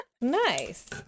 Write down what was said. nice